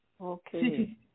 Okay